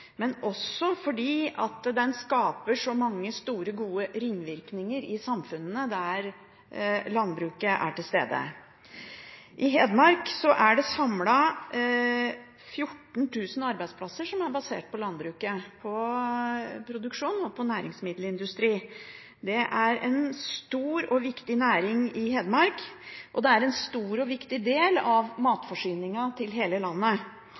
men også fordi det skapes så mange store, gode ringvirkninger i samfunnene der landbruket er til stede. I Hedmark er det samlet sett 14 000 arbeidsplasser som er basert på landbruket, på produksjon og næringsmiddelindustri. Det er en stor og viktig næring i Hedmark, og det er en stor og viktig del av matforsyningen til hele landet.